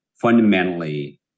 fundamentally